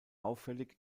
auffällig